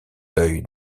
l’œil